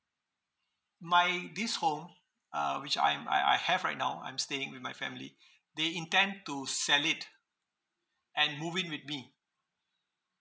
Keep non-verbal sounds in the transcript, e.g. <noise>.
my this home uh which I'm I I have right now I'm staying with my family <breath> they intend to sell it and move in with me